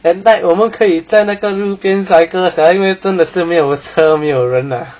at night 我们可以在那个路边 cycle sia 因为真的是没车没有人 ah